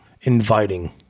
inviting